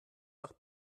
nach